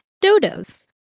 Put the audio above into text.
Dodos